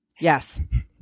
Yes